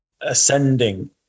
ascending